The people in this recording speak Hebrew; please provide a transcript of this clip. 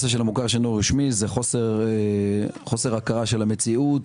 של המוכר שאינו רשמי, זה חוסר הכרת המציאות.